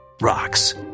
rocks